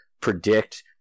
predict